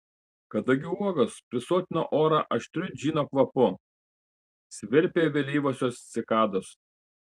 kadagių uogos prisotino orą aštriu džino kvapu svirpė vėlyvosios cikados